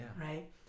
Right